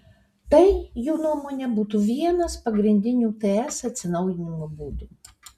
tai jų nuomone būtų vienas pagrindinių ts atsinaujinimo būdų